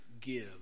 give